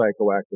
psychoactive